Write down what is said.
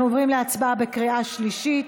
אנחנו עוברים להצבעה בקריאה שלישית.